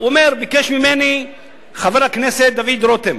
הוא אומר: ביקש ממני חבר הכנסת דוד רותם